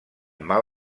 mal